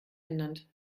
genannt